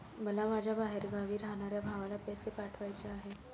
मला माझ्या बाहेरगावी राहणाऱ्या भावाला पैसे पाठवायचे आहे